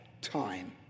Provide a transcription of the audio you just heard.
time